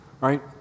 Right